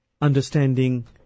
understanding